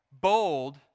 bold